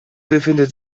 befindet